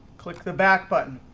click the back button,